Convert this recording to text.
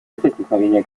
возникновения